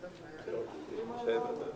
טענתי, הייתה הצבעה עבר.